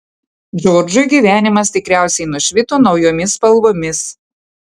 džordžui gyvenimas tikriausiai nušvito naujomis spalvomis